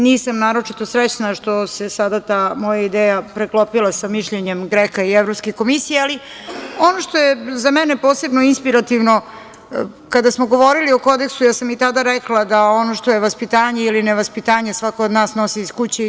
Nisam naročito srećna što se sada ta moja ideja preklopila sa mišljenjem GREKA i Evropske komisije, ali ono što je za mene posebno inspirativno kada smo govorili o Kodeksu, ja sam i tada rekla da ono što je vaspitanje ili nevaspitanje, svako od nas nosi iz kuće.